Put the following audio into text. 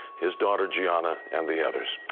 his daughter, gianna, and the others.